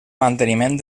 manteniment